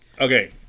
Okay